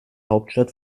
hauptstadt